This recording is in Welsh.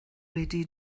wedi